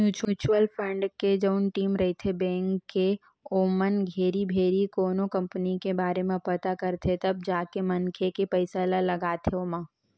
mutual fund के जउन team रहिथे बेंक के ओमन घेरी भेरी कोनो कंपनी के बारे म पता करथे तब जाके मनखे के पइसा ल लगाथे ओमा